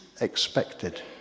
expected